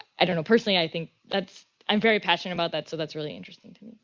i don't know, personally, i think that's i'm very passionate about that so that's really interesting to